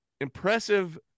impressive